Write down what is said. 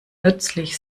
nützlich